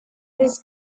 this